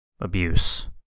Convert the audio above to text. abuse